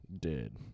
Dead